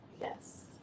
Yes